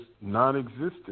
non-existent